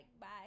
bye